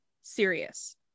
serious